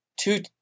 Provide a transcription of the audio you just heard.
two